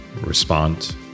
respond